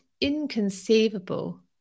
inconceivable